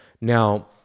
Now